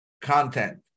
content